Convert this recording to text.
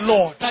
Lord